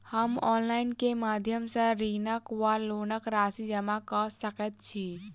हम ऑनलाइन केँ माध्यम सँ ऋणक वा लोनक राशि जमा कऽ सकैत छी?